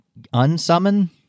unsummon